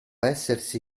essersi